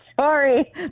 Sorry